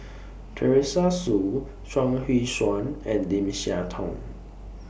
Teresa Hsu Chuang Hui Tsuan and Lim Siah Tong